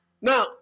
now